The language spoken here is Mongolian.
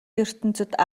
ертөнцөд